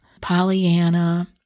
Pollyanna